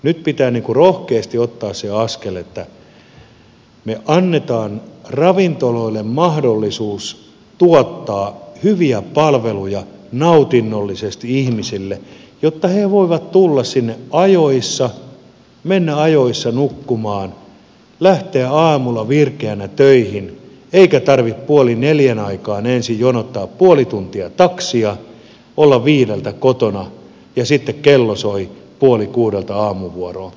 nyt pitää rohkeasti ottaa se askel että me annamme ravintoloille mahdollisuuden tuottaa hyviä palveluja nautinnollisesti ihmisille jotta he voivat tulla sinne ajoissa mennä ajoissa nukkumaan lähteä aamulla virkeinä töihin eikä tarvitse puoli neljän aikaan ensin jonottaa puoli tuntia taksia olla viideltä kotona kun sitten kello soi puoli kuudelta aamuvuoroon